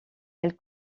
elle